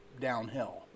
downhill